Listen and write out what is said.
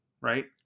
right